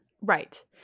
Right